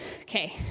Okay